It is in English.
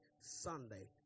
Sunday